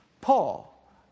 Paul